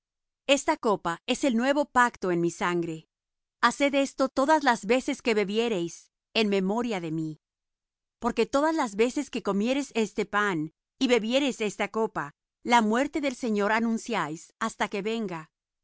esta copa es el nuevo pacto en mi sangre haced esto todas las veces que bebiereis en memoria de mí porque todas las veces que comiereis este pan y bebiereis esta copa la muerte del señor anunciáis hasta que venga